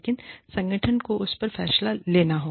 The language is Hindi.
लेकिन संगठन को उस पर फैसला लेना है